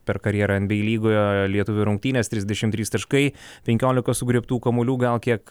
per karjerą nba lygoje lietuvių rungtynės trisdešim trys taškai penkiolika sugriebtų kamuolių gal kiek